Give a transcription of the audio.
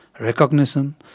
recognition